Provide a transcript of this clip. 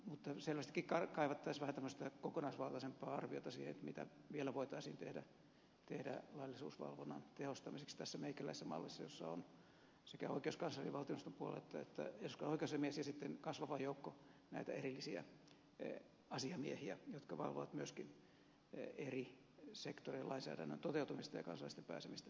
mutta selvästikin kaivattaisiin vähän kokonaisvaltaisempaa arviota siihen mitä vielä voitaisiin tehdä laillisuusvalvonnan tehostamiseksi tässä meikäläisessä mallissa jossa on sekä oikeuskansleri valtioneuvoston puolelta että eduskunnan oikeusasiamies ja sitten kasvava joukko näitä erillisiä asiamiehiä jotka valvovat myöskin eri sektoreilla lainsäädännön toteutumista ja kansalaisten pääsemistä oikeuksiinsa